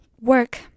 work